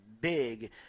big